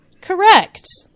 correct